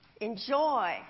Enjoy